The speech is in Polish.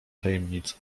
tajemnicę